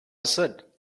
said